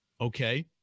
okay